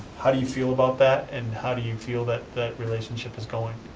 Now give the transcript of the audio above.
how do you feel about that? and how do you feel that that relationship is going?